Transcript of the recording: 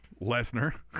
Lesnar